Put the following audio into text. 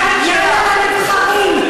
תגן על הנבחרים.